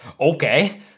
okay